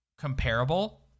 Comparable